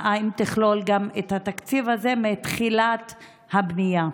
האם יכללו גם את התקציב הזה מתחילת הבנייה?